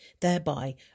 thereby